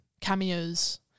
cameos